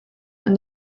and